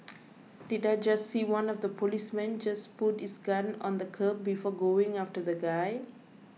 did I just see one of the policemen just put his gun on the curb before going after the guy